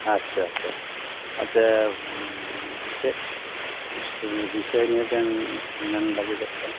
ᱟᱪᱪᱷᱟ ᱟᱪᱪᱷᱟ ᱟᱪᱪᱷᱟ ᱪᱮᱫ ᱵᱤᱥᱚᱭ ᱱᱤᱭᱮ ᱵᱮᱱ ᱢᱮᱱ ᱞᱟᱹᱜᱤᱫᱚᱜ ᱠᱟᱱᱟ